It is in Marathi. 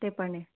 ते पण आहे